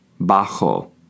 Bajo